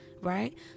right